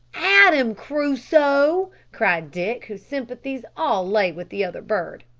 at him, crusoe, cried dick, whose sympathies all lay with the other bird.